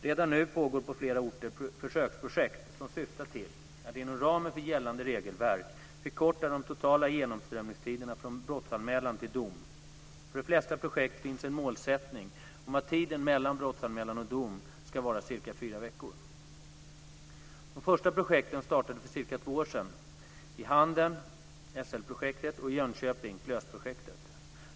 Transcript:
Redan nu pågår på flera orter försöksprojekt som syftar till att, inom ramen för gällande regelverk, förkorta de totala genomströmningstiderna från brottsanmälan till dom. För de flesta projekt finns en målsättning om att tiden mellan brottsanmälan och dom ska vara cirka fyra veckor. De första projekten startade för cirka två år sedan i Handen, SL-projektet, och i Jönköping, KLÖS-projektet.